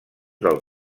del